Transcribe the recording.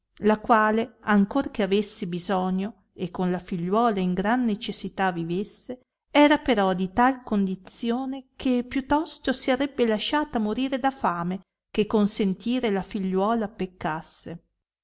la quale ancor che avesse bisogno e con la figliuola in gran necessità vivesse era però di tal condizione che più tosto si arrebbe lasciata morire da fame che consentire la figliuola peccasse